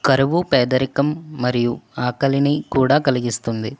కరువు పేదరికం మరియు ఆకలిని కూడా కలిగిస్తుంది